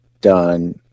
done